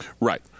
Right